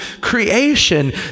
creation